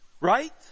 right